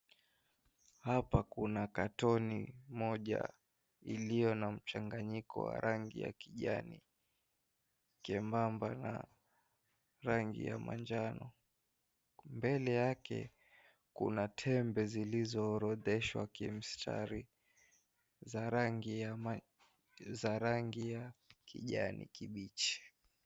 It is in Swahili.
Hapa kuna katoni moja iliyo na mchanganyiko wa rangi ya kijani cheembamba na rangi ya manjano. Mbele yake kuna tembe zilizo orodheshwa kimstari za rangi ya kijani kibichi.